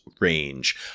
range